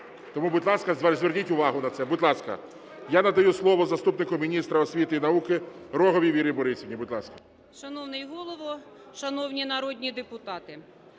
Тому, будь ласка, зверніть увагу на це. Будь ласка, я надаю слово заступнику міністра освіти і науки Роговій Вірі Борисівні. Будь ласка. 14:35:00 РОГОВА В.Б. Шановний Голово, шановні народні депутати!